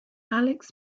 alex